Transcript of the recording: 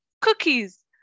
cookies